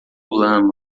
lama